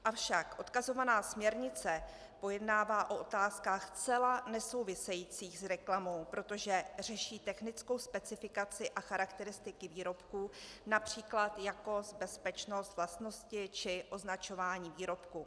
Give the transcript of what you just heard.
Avšak odkazovaná směrnice pojednává o otázkách zcela nesouvisejících s reklamou, protože řeší technickou specifikaci a charakteristiky výrobků, například jakost, bezpečnost, vlastnosti či označování výrobků.